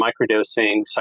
microdosing